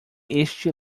este